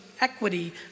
equity